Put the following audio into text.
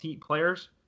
players